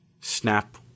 Snap